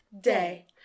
day